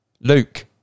Luke